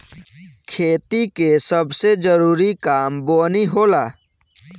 खेती के सबसे जरूरी काम बोअनी होला